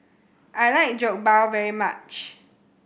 I like Jokbal very much